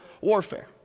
warfare